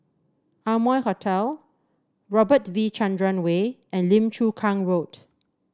Amoy Hotel Robert V Chandran Way and Lim Chu Kang Road